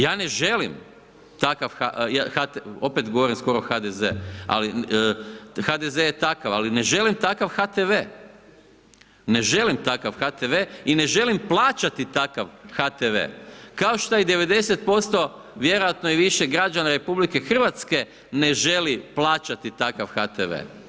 Ja ne želim takav, opet govorim skoro HDZ, ali HDZ je takav, ali ne želim takav HTV, ne želim takav HTV i ne želim plaćati takav HTV, kao što i 90%, vjerojatno i više, građana RH ne želi plaćati takav HTV.